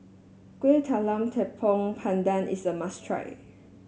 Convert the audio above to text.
Kueh Talam Tepong Pandan is a must try